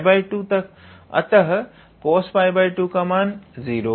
अतः cos𝜋2 का मान 0 है और cos0 का मान 1 है